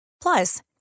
Plus